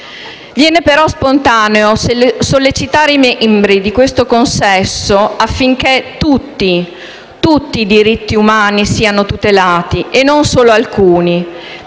Viene però spontaneo sollecitare i membri di questo consesso affinché tutti i diritti umani siano tutelati e non solo alcuni,